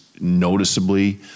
noticeably